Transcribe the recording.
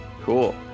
cool